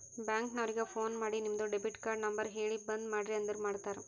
bank ನವರಿಗ phone ಮಾಡಿ ನಿಮ್ದು ಡೆಬಿಟ್ ಕಾರ್ಡ್ ನಂಬರ್ ಹೇಳಿ ಬಂದ್ ಮಾಡ್ರಿ ಅಂದುರ್ ಮಾಡ್ತಾರ